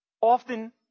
Often